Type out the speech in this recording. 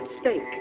stake